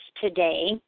today